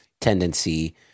tendency